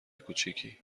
کوچیکی